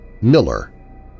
Miller